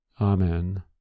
Amen